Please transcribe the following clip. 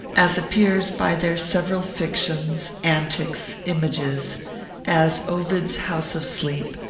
as appears by their several fictions, antics, images as ovid's house of sleep,